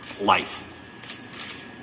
life